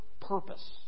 purpose